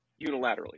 unilaterally